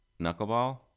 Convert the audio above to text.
knuckleball